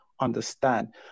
understand